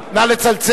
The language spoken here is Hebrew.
הוא מדבר